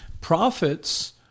prophets